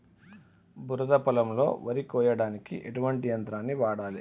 బురద పొలంలో వరి కొయ్యడానికి ఎటువంటి యంత్రాన్ని వాడాలి?